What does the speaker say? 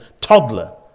toddler